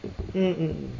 mm mm